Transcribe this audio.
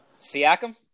Siakam